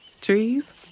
Trees